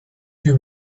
you